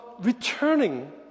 returning